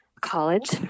college